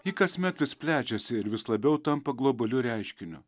ji kasmet vis plečiasi ir vis labiau tampa globaliu reiškiniu